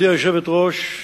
גברתי היושבת-ראש,